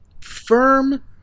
firm